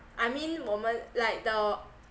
I mean 我们 like the